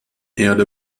erde